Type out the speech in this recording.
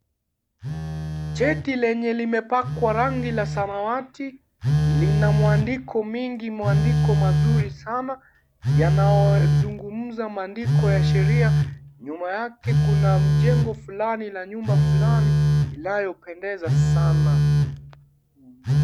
Cheti lenye limepakwa rangi la sarawati. Lina mwandiko mingi, mwandiko mazuri sana. Yanayozungumza maandiko ya sheria. Nyuma yake kuna mjengo fulani na nyumba fulani inayopendeza sana.